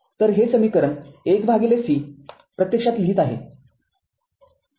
तर हे समीकरण १ c प्रत्यक्षात लिहीत आहे